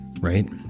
right